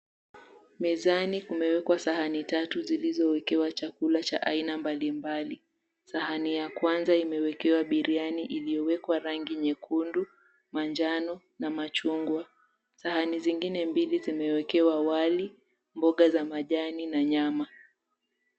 Mezani kumewekwa sahani tatu zilizowekewa chakula cha aina mbalimbali. Sahani ya kwanza imewekewa biriani iliyowekwa rangi nyekundu, manjano na machungwa. Sahani zingine mbili zimewekewa wali, mboga za majani na nyama.